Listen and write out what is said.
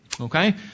Okay